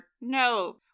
No